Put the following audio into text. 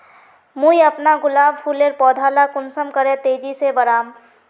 मुई अपना गुलाब फूलेर पौधा ला कुंसम करे तेजी से बढ़ाम?